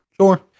Sure